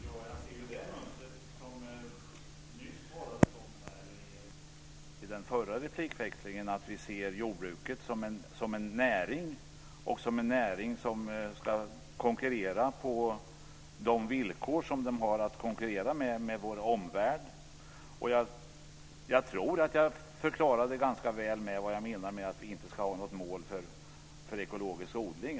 Herr talman! Jag ser det mönster som det nyss talades om i den förra replikväxlingen, nämligen att vi ser jordbruket som en näring som ska konkurrera på de villkor som finns i vår omvärld. Och jag tror att jag förklarade ganska väl vad jag menar med att vi inte ska ha något mål för ekologisk odling.